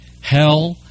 hell